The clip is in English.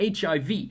HIV